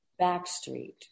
Backstreet